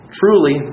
truly